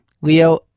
Leo